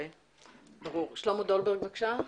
ברור, שלמה דולברג, בבקשה.